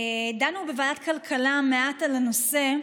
דנו בוועדת כלכלה מעט על הנושא,